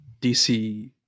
dc